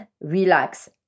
relax